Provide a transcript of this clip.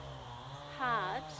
hard